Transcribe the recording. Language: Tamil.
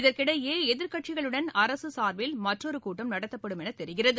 இதற்கிடையே நாடாளுமன்ற எதிர்க்கட்சிகளுடன் அரசு சார்பில் மற்றொரு கூட்டம் நடத்தப்படுமென தெரிகிறது